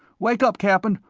wake up, cap'n,